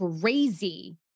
crazy